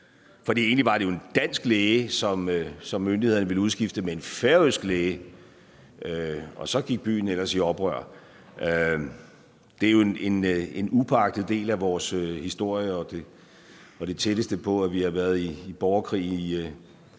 for egentlig var det en dansk læge, som myndighederne ville udskifte med en færøsk læge, og så gik byen ellers i oprør. Det er en upåagtet del af vores historie og det tætteste på, at vi har været i borgerkrig i